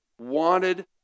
wanted